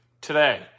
Today